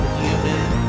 human